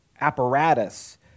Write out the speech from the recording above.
apparatus